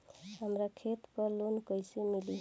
हमरा खेत पर लोन कैसे मिली?